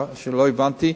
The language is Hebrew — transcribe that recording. שלא הבנתי,